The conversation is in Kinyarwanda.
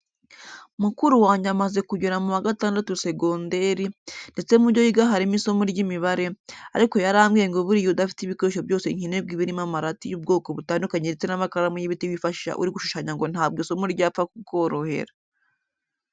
Mukuru wange amaze kugera mu wa gatandatu segonderi, ndetse mu byo yiga harimo isomo ry'imibare, ariko yarambwiye ngo buriya udafite ibikoresho byose nkenerwa birimo amarati y'ubwoko butandukanye ndetse n'amakaramu y'ibiti wifashisha uri gushushanya ngo ntabwo isomo ryapfa kukorohera.